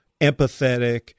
empathetic